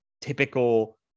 typical